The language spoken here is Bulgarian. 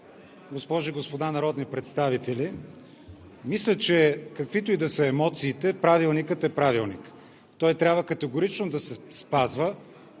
госпожи и господа народни представители! Мисля, че каквито и да са емоциите, Правилникът е Правилник и трябва категорично да се спазва.